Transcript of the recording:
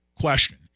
question